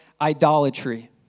idolatry